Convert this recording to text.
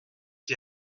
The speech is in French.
qui